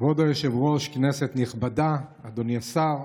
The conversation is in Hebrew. כבוד היושב-ראש, כנסת נכבדה, אדוני השר,